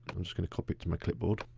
i'm just gonna copy it to my clipboard.